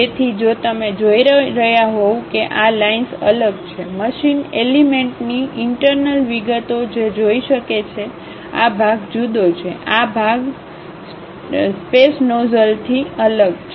તેથી જો તમે જોઈ રહ્યા હોવ કે આ લાઈનસ અલગ છે મશીન એલિમેન્ટની ઇન્ટર્નલ વિગતો જે જોઈ શકે છે આ ભાગ જુદો છે આ ભાગ સ્ટૈસ નોઝલ્સથી અલગ છે